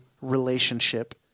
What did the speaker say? relationship